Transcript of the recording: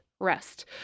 rest